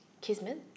Kismet